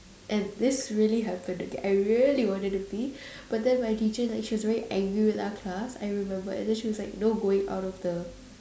and this really happened I really wanted to pee but then my teacher like she was really angry with our class I remembered then she was like no going out of the